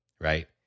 right